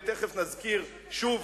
ותיכף נזכיר שוב,